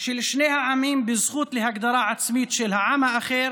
של שני העמים בזכות להגדרה עצמית של העם האחר